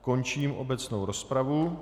Končím obecnou rozpravu.